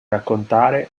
raccontare